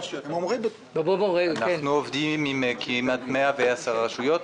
אנחנו עובדים עם כמעט 110 רשויות,